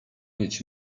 mieć